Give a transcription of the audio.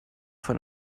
von